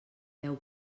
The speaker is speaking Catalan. deu